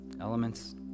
elements